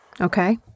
Okay